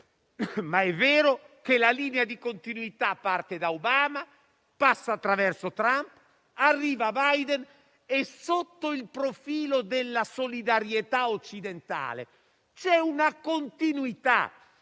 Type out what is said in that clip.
vero che la linea di continuità parte da Obama, passa attraverso Trump, arriva a Biden e, sotto il profilo della solidarietà occidentale, c'è una continuità